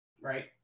right